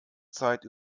zeit